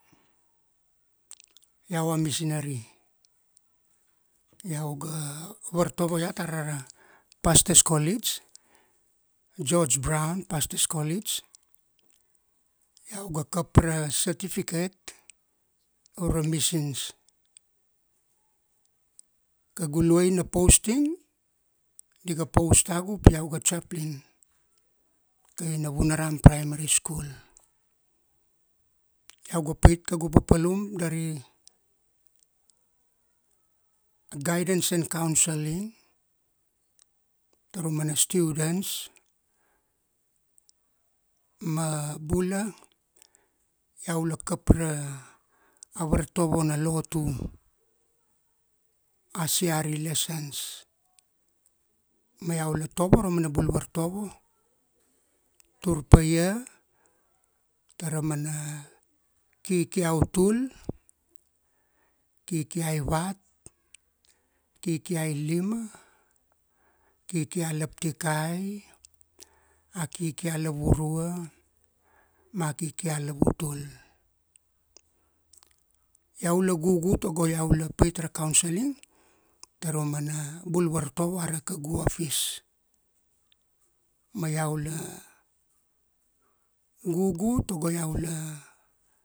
Iau a Misinari. Iau ga vartovo iat ara ra Pastors College, George Brown Pastors College, iau ga kap ra certificate, ure ra Missions. Kaugu luaina posting, di ga post tagu pi iauga Chairplain, kai Navunaram Primary School. Iau ga pait kaugu papalum dari, guidance and counseling, tara umana students, ma bula, iau la kap ra, a vartovo na lotu. A CRE lessons. Ma iau la tovo ra umana bul vartovo, tur pa ia, tara mana kiki autul, kiki aivat, kiki ailima, kiki a laptikai, a kiki alavurua ma kiki a lavutul. Iau la gugu tago iau la pait ra counseling tara umana bul vartovo ara kaugu office. Ma iau la gugu tago iau la